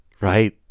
right